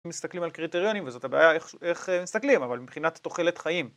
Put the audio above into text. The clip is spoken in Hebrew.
מסתכלים על קריטריונים וזאת הבעיה איך מסתכלים אבל מבחינת תוחלת חיים